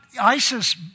ISIS